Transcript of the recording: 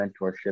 mentorship